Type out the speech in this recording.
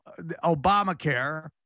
Obamacare